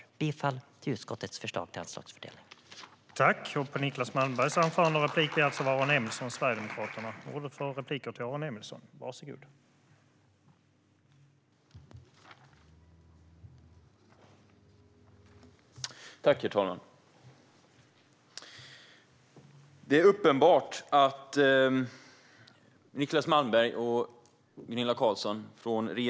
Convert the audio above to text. Jag yrkar bifall till utskottets förslag till anslagsfördelning.